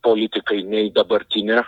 politikai nei dabartinė